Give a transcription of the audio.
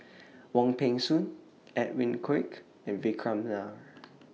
Wong Peng Soon Edwin Koek and Vikram Nair